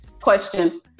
Question